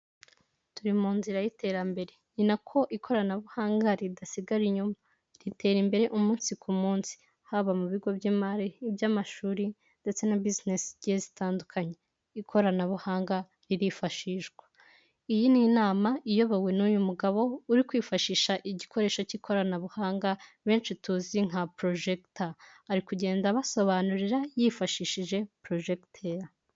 Turi mu nzira y’iterambere, ni na ko ikoranabuhanga ridasigara inyuma, ahubwo ritera imbere umunsi ku munsi. Haba mu bigo by’imari, iby’amashuri ndetse no muri business zitandukanye, ikoranabuhanga rirakoreshwa cyane. Iyi ni inama iyobowe n’uyu mugabo uri kwifashisha igikoresho cy’ikoranabuhanga benshi tuzi nka projector. Ari kugenda abasobanurira yifashishije projector.